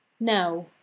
now